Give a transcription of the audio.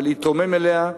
ולהתרומם אליה,